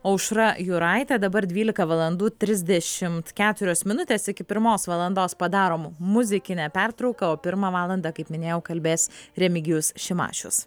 aušra juraitė dabar dvylika valandų trisdešimt keturios minutės iki pirmos valandos padarom muzikinę pertrauką o pirmą valandą kaip minėjau kalbės remigijus šimašius